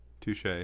Touche